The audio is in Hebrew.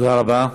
תודה רבה.